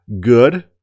good